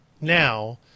now